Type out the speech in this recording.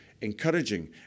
encouraging